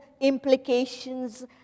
implications